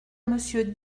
monsieur